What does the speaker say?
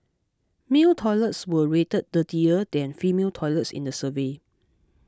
male toilets were rated dirtier than female toilets in the survey